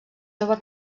jove